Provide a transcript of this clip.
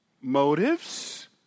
motives